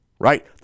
right